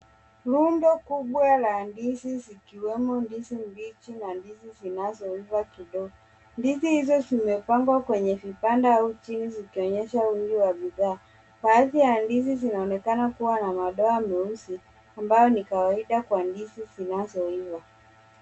Rundo kubwa la ndizi zikiwemo ndizi mbichi na ndizi zinazoiva kidogo. Ndizi hizo zimepandwa kwenye vibanda au chini zikionyesha wengi wa bidhaa. Baadhi ya ndizi zinaonekana kuwa na madoa meusi, ambayo ni kawaida kwa ndizi zinazoiva.